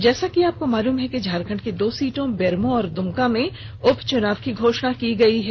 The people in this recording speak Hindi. जैसा कि आपको मालूम है कि झारखंड की दो सीटों बेरमो और दुमका में उपचुनाव की घोषणा की गई है